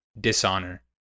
dishonor